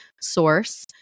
source